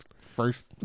first